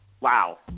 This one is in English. wow